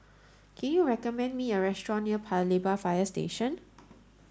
can you recommend me a restaurant near Paya Lebar Fire Station